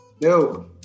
No